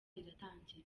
iratangira